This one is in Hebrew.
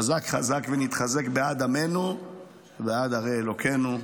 חזק חזק ונתחזק בעד עמנו ובעד ערי אלוקינו.